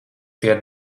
pie